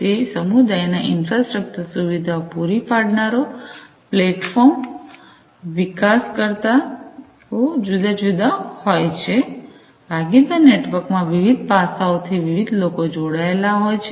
તેથી સમુદાયના ઇનફ્રાસ્ટ્રક્ચર સુવિધાઓ પૂરી પાડનારાઓ પ્લેટફોર્મ વિકાસકર્તાઓજુદા જુદા હોય છે ભાગીદાર નેટવર્કમાં વિવિધ પાસાઓથી વિવિધ લોકો જોડાયેલા હોય છે